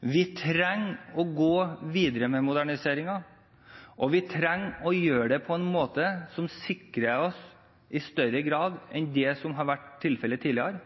Vi trenger å gå videre med moderniseringen, og vi trenger å gjøre det på en måte som sikrer oss at vi lykkes i større grad enn det som har vært tilfellet tidligere.